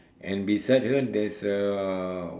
and beside her there's a